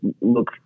look